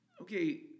okay